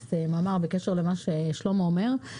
בכלכליסט מאמר בקשר למה ששלמה אומר,